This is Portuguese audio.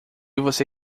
você